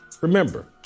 Remember